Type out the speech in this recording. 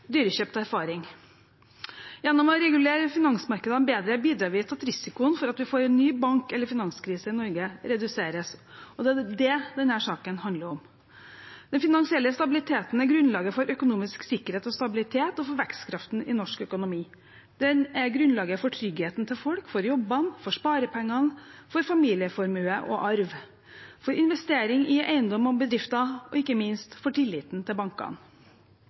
erfaring. Gjennom å regulere finansmarkedene bedre bidrar vi til at risikoen for at vi får en ny bank- eller finanskrise i Norge, reduseres. Det er det denne saken handler om. Den finansielle stabiliteten er grunnlaget for økonomisk sikkerhet og stabilitet og for vekstkraften i norsk økonomi. Den er grunnlaget for tryggheten til folk, for jobbene, for sparepengene, for familieformue og arv, for investeringer i eiendom og bedrifter og ikke minst for tilliten til bankene.